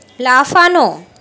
লাফানো